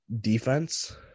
defense